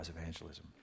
evangelism